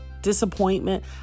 disappointment